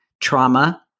trauma